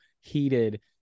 heated